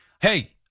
Hey